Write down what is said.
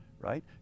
right